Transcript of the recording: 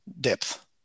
depth